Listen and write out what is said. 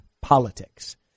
politics